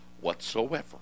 whatsoever